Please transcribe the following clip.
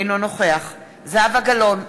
אינו נוכח זהבה גלאון,